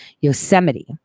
Yosemite